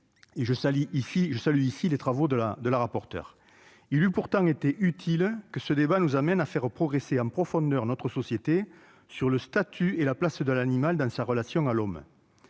je salue ici les travaux de la rapporteure. Il eût pourtant été utile que ce débat nous amène à faire progresser en profondeur notre société sur le statut et la place de l'animal dans sa relation à l'homme.